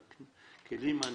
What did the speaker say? סומכת עליו לא כל מפקח,